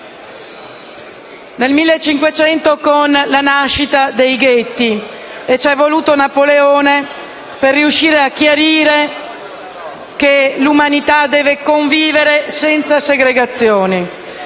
nel 1500 con la nascita dei ghetti, e c'è voluto Napoleone per riuscire a chiarire che l'umanità deve convivere senza segregazione.